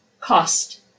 cost